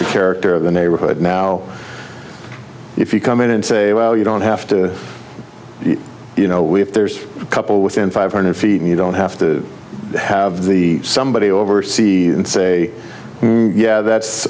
the character of the neighborhood now if you come in and say well you don't have to you know we if there's a couple within five hundred feet you don't have to have the somebody over see and say yeah that's